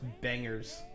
bangers